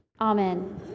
amen